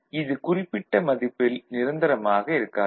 ஆக இது குறிப்பிட்ட மதிப்பில் நிரந்தரமாக இருக்காது